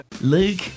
Luke